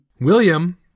William